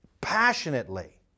passionately